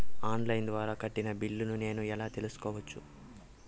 On line ద్వారా కట్టిన బిల్లును నేను ఎలా తెలుసుకోవచ్చు?